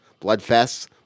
bloodfests